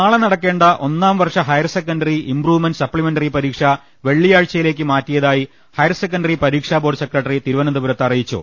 നാളെ നടക്കേണ്ട ഒന്നാംവർഷ ഹയർസെക്ക്ണ്ടറി ഇംപ്രൂവ്മെന്റ് സപ്പിമെന്ററി പരീക്ഷ വെള്ളിയാഴ്ചയിലേക്ക് മാറ്റിയതായി ഹയർ സെക്ക ണ്ടറി പരീക്ഷാബോർഡ് സെക്രട്ടറി തിരുവനന്തപുരത്ത് അറിയിച്ചു